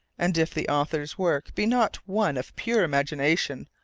and, if the author's work be not one of pure imagination,